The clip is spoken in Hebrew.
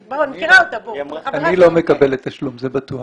אני לא מקבלת תשלום, זה בטוח.